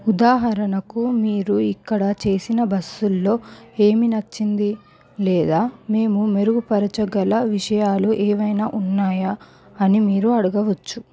ఉదాహరణకు మీరు ఇక్కడ చేసిన బస్సులలో ఏం నచ్చింది లేదా మేము మెరుగుపరచగల విషయాలు ఏమైనా ఉన్నాయా అని మీరు అడగవచ్చు